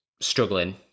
struggling